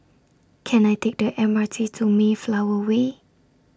Can I Take The M R T to Mayflower Way